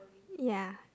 ya